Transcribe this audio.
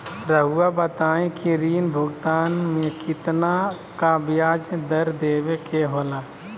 रहुआ बताइं कि ऋण भुगतान में कितना का ब्याज दर देवें के होला?